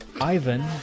Ivan